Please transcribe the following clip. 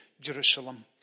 jerusalem